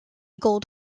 gold